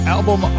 Album